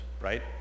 Right